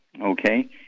okay